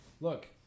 Look